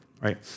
right